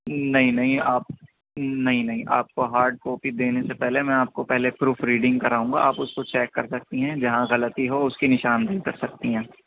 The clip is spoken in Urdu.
نہیں نہیں آپ نہیں نہیں آپ کو ہارڈ کاپی دینے سے پہلے میں آپ کو پہلے پروف ریڈنگ کراؤں گا آپ اس کو چیک کر سکتی ہیں جہاں غلطی ہو اس کی نشاندہی کر سکتی ہیں